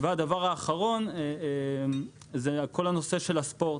והדבר האחרון הוא כל נושא הספורט,